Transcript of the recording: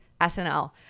SNL